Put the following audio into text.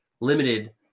limited